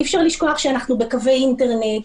אי-אפשר לשכוח שאנחנו בקווי אינטרנט.